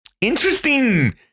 interesting